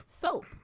soap